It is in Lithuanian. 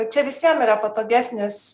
čia visiems yra patogesnis